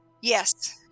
Yes